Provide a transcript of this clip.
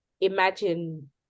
imagine